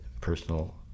personal